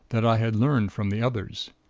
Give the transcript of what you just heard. that i had learned from the others.